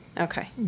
Okay